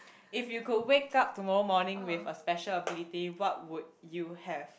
if you could wake up tomorrow morning with a special ability what would you have